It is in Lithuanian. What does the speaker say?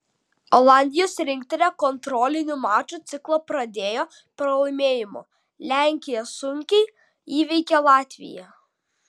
olandijos rinktinė kontrolinių mačų ciklą pradėjo pralaimėjimu lenkija sunkiai įveikė latviją